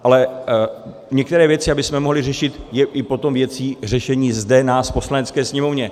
Ale některé věci, abychom je mohli řešit, je potom i věcí řešení zde nás v Poslanecké sněmovně.